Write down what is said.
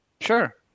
Sure